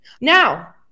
Now